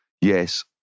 Yes